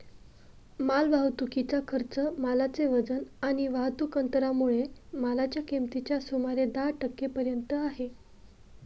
माल वाहतुकीचा खर्च मालाचे वजन आणि वाहतुक अंतरामुळे मालाच्या किमतीच्या सुमारे दहा टक्के पर्यंत आहे